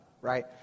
right